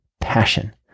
passion